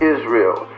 Israel